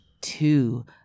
two